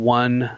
one